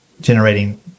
generating